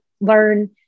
learn